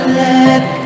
let